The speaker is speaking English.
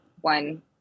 one